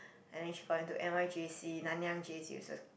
and then she got into n_y_j_c Nan-Yangj_c is a